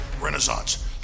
renaissance